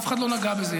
אף אחד לא נגע בזה.